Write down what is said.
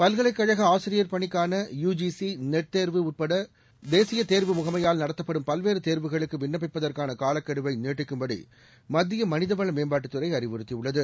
பல்கலைக்கழக ஆசிரியர் பணிக்கான யுஜிசி நெட் தேர்வு உட்பட தேசிய தேர்வு முகமையால் நடத்தப்படும் பல்வேறு தேர்வுகளுக்கு விண்ணப்பிப்பதற்கான காலக்கெடுவை நீட்டிக்கும்படி மத்திய மனிதவள மேம்பாட்டுத்துறை அறிவுறுத்தியுள்ளது